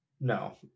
No